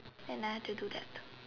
and I had to do that